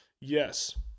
Yes